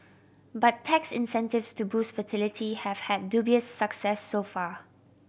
but tax incentives to boost fertility have had dubious success so far